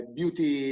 beauty